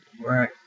Right